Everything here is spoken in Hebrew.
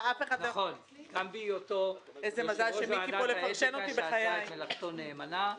הוא היה ראש ועדת האתיקה ועשה את מלאכתו נאמנה.